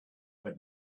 but